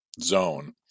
zone